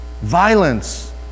violence